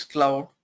Cloud